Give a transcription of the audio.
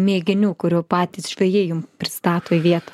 mėginių kur jau patys žvejai jum pristato į vietą